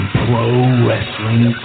pro-wrestling